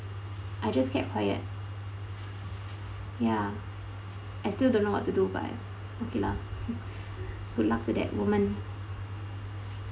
I just kept quiet ya I still don't know what to do but okay lah good luck to that woman